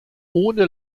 ohne